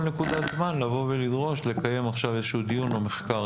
נקודת זמן לבוא ולדרוש לקיים עכשיו איזשהו דיון או מחקר.